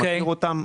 אני מכיר אותם.